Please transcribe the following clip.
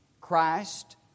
Christ